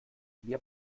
mir